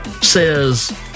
says